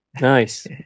Nice